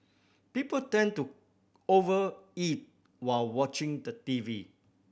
people tend to over eat while watching the T V